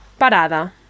parada